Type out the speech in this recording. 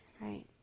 right